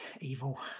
Evil